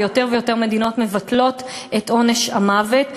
ויותר ויותר מדינות מבטלות את עונש המוות.